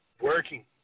Working